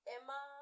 Emma